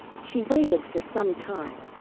she waited for some time.